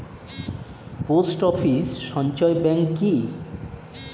Post office সঞ্চয় bank কি?